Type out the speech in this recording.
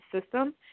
system